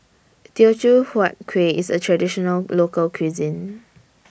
Teochew Huat Kuih IS A Traditional Local Cuisine